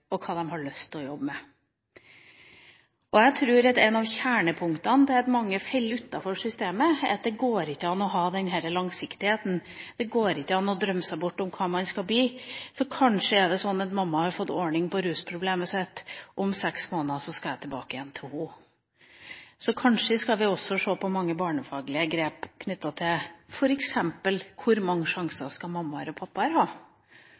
og hva de har lyst til å jobbe med. Jeg tror at et av kjernepunktene i årsaken til at mange faller utenfor systemet, er at det ikke går å ha denne langsiktigheten, det går ikke an å drømme seg bort når det gjelder hva man skal bli – for kanskje har mamma fått orden på rusproblemet sitt og om seks måneder skal man tilbake til henne. Kanskje skal vi også se på mange barnefaglige grep knyttet til f.eks. hvor mange sjanser mammaer og pappaer skal ha,